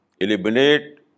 eliminate